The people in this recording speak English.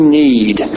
need